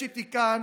יש איתי כאן